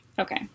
Okay